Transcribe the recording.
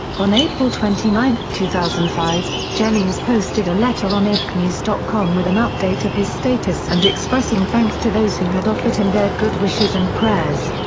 on april twenty nine, two thousand and five, jennings posted a letter on abcnews dot com with an update of his status and expressing thanks to those who had offered him their good wishes and prayers.